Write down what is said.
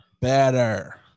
better